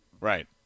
right